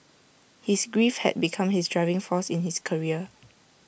his grief had become his driving force in his career